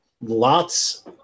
Lots